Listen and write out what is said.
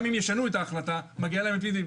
גם אם ישנו את ההחלטה היא מגיעה להם על פי דין.